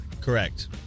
Correct